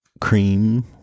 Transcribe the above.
Cream